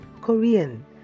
Korean